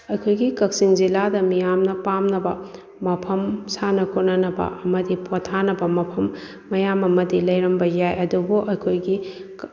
ꯑꯩꯈꯣꯏꯒꯤ ꯀꯛꯆꯤꯡ ꯖꯤꯂꯥꯗ ꯃꯤꯌꯥꯝꯅ ꯄꯥꯝꯅꯕ ꯃꯐꯝ ꯁꯥꯟꯅ ꯈꯣꯠꯅꯅꯕ ꯑꯃꯗꯤ ꯄꯣꯊꯥꯅꯕ ꯃꯐꯝ ꯃꯌꯥꯝ ꯑꯃꯗꯤ ꯂꯩꯔꯝꯕ ꯌꯥꯏ ꯑꯗꯨꯕꯨ ꯑꯩꯈꯣꯏꯒꯤ